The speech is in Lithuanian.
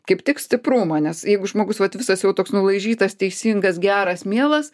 kaip tik stiprumą nes jeigu žmogus vat visas jau toks nulaižytas teisingas geras mielas